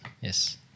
yes